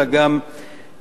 אלא גם יתוקצב,